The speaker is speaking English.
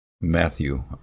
Matthew